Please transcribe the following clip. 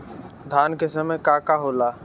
धान के समय का का होला?